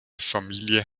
familie